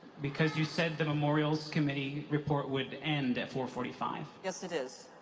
because you said the memorials committee report would end at four forty five. yes, it is.